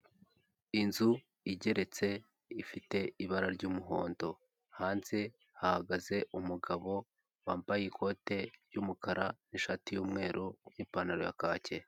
Inzu igeretse ifite ibara ry'umuhondo, hanze hahagaze umugabo wambaye ikote ry'umukara, ishati y'umweru n'ipantaro ya kaki.